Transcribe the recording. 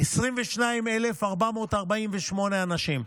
22,448 אנשים.